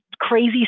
crazy